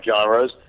genres